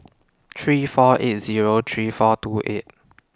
three four eight Zero three four two eight